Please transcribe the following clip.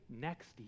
next